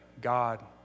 God